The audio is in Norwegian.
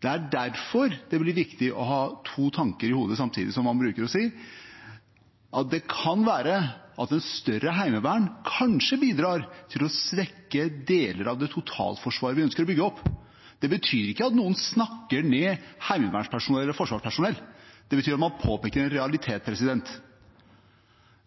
Det er derfor det blir viktig å ha to tanker i hodet samtidig, som man bruker å si. Det kan være at et større heimevern kanskje bidrar til å svekke deler av det totalforsvaret som vi ønsker å bygge opp. Det betyr ikke at noen snakker ned heimevernspersonell eller forsvarspersonell, det betyr at man påpeker en realitet.